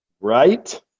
right